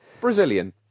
Brazilian